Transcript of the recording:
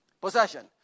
Possession